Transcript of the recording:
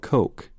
Coke